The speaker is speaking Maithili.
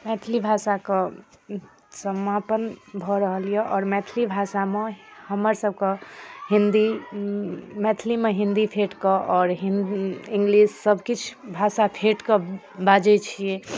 मैथिली भाषाके समापन भऽ रहल यऽ आओर मैथिली भाषामे हमर सभके हिन्दी मैथिलीमे हिन्दी फेँटकऽ आओर इंग्लिश सभ किछु भाषा फेँटकऽ बाजै छियै